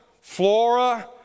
Flora